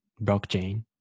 Blockchain